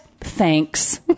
thanks